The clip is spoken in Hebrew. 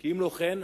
כי אם לא כן,